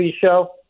show